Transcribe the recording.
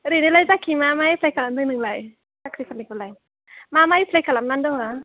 ओरैनोलाय बाखि मा मा एफ्लाइ खालामदों नोंलाय साख्रिफोरनि खौलाय मा मा एफ्लाइ खालामनानै दङ